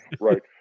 Right